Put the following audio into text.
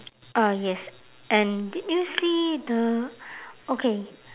uh yes and did you see the okay